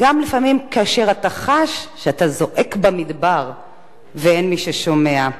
גם כאשר לפעמים אתה חש שאתה זועק במדבר ואין מי ששומע.